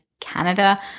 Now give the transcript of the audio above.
Canada